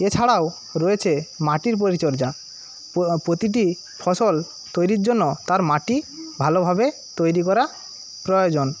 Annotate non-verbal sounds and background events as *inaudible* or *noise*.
এছাড়াও রয়েছে মাটির পরিচর্যা *unintelligible* প্রতিটি ফসল তৈরীর জন্য তার মাটি ভালোভাবে তৈরি করা প্রয়োজন